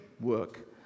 work